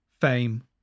fame